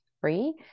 free